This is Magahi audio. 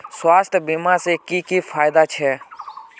स्वास्थ्य बीमा से की की फायदा छे?